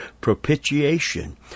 propitiation